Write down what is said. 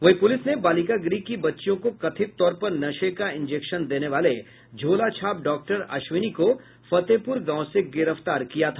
वहीं पुलिस ने बालिका गृह की बच्चियों को कथित तौर पर नशे का इंजेक्शन देने वाले झोला छाप डॉक्टर अश्विनी को फतेहपुर गांव से गिरफ्तार किया था